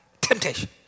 temptation